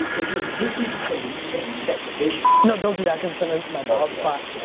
if you're gifted to lead and set the vision, no don't do that, cause then ah my bald spot.